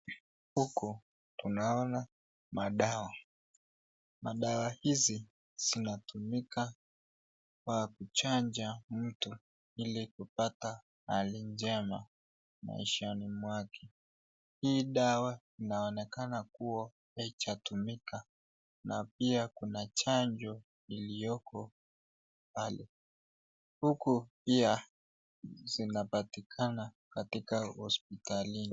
Huku tunaona madawa . Madawa hizi zinatumika kwa kuchanja mtu ili kupata hali njema maishani mwake . Hii dawa inaonekana kuwa haijatumika na pia kuna chanjo iliyoko pale . Huku pia zinapatikana katika hospitalini .